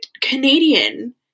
Canadian